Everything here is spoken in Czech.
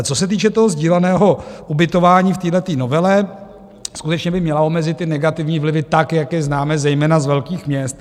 Co se týče sdíleného ubytování v téhleté novele, skutečně by měla omezit negativní vlivy tak, jak je známe zejména z velkých měst.